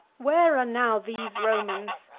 where are now these romans?